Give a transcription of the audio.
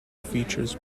features